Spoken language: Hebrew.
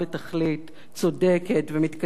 צודקת ומתקדמת לאין ערוך.